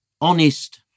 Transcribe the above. honest